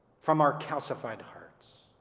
from our calcified hearts.